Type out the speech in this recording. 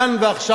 כאן ועכשיו,